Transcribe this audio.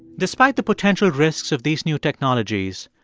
despite the potential risks of these new technologies,